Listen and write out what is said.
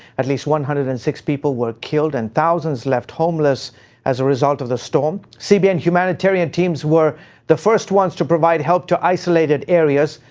at least one hundred and six people were killed and thousands left homeless as a result of the storm. cbn's humanitarian teams were the first ones to provide help to the isolated areas.